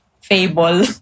fable